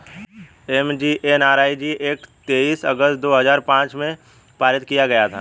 MGNREG act तेईस अगस्त दो हजार पांच में पारित किया गया था